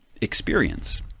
experience